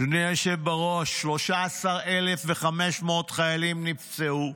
אדוני היושב-בראש, 13,500 נפצעו,